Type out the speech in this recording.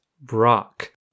Brock